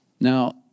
Now